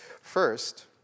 First